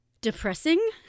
depressing